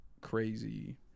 crazy